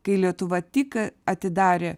kai lietuva tik atidarė